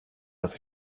was